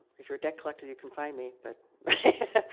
if you're a debt collector, you can find me, but,